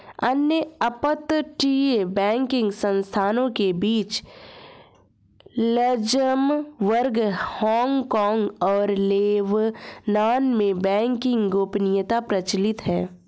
अन्य अपतटीय बैंकिंग संस्थानों के बीच लक्ज़मबर्ग, हांगकांग और लेबनान में बैंकिंग गोपनीयता प्रचलित है